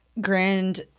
grand